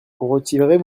retirez